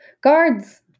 Guards